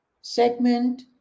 segment